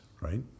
right